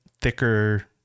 thicker